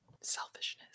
selfishness